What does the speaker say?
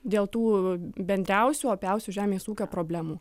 dėl tų bendriausių opiausių žemės ūkio problemų